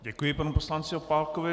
Děkuji panu poslanci Opálkovi.